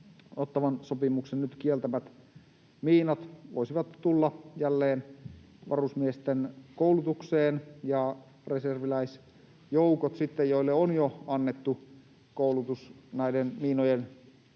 Ottawan sopimuksen nyt kieltämät miinat voisivat tulla jälleen varusmiesten koulutukseen ja reserviläisjoukot, joille on jo annettu koulutus näiden miinojen